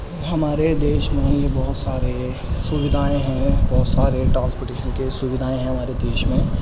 ہمارے دیش میں بہت سارے سویدھائیں ہیں اور بہت سارے ٹرانسپوٹیشن کی بھی سویدھائیں ہیں ہمارے دیش میں